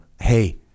hey